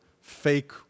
fake